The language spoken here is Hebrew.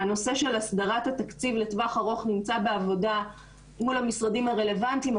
הנושא של הסדרת התקציב לטווח ארוך נמצא בעבודה מול המשרדים הרלוונטיים,